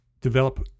develop